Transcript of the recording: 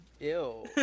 Ew